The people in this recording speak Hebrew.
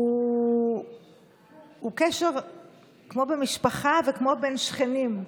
הוא קשר כמו במשפחה וכמו בין שכנים.